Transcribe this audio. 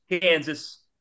Kansas